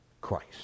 Christ